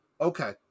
Okay